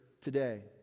today